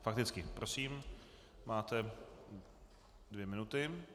Fakticky, prosím, máte dvě minuty.